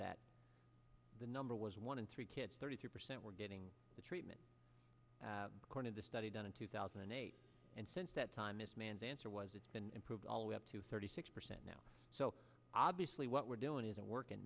that the number was one in three kids thirty two percent were getting the treatment accorded the study done in two thousand and eight and since that time this man's answer was it's been improved always up to thirty six percent now so obviously what we're doing isn't working